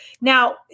Now